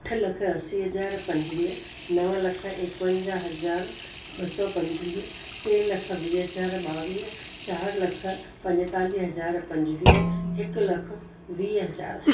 अठ लख असी हज़ार पंजवीह नव लख एकवंजाह हज़ार ॿ सौ पंजवीह टे लख वीह हज़ार ॿावीह चार लख पंजतालीह हज़ार पंजवीह हिकु लख वीह हज़ार